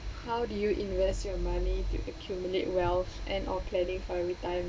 how do you invest your money to accumulate wealth and or planning for every time